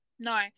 No